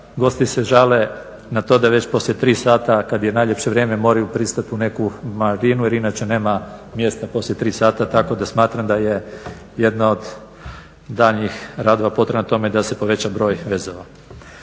gosti se žale na to da je već poslije tri sata kada je najljepše vrijeme moraju pristati u neku marinu jer inače nema mjesta poslije tri sata. Tako da smatram da je jedna od daljnjih radova potreban na tome da se poveća broj vezova.